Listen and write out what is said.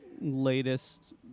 latest